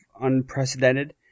unprecedented